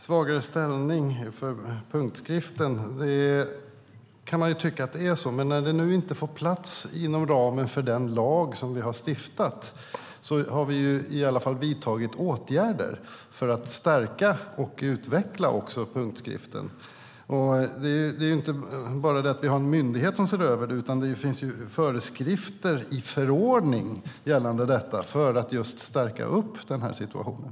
Herr talman! Man kan tycka att punktskriften har en svagare ställning. Men när den inte får plats inom den lag som vi har stiftat har vi i alla fall vidtagit åtgärder för att stärka och utveckla punktskriften. Vi har en myndighet som ser över det, och det finns föreskrifter i förordning gällande detta för att just stärka upp situationen.